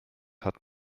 hat